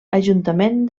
ajuntament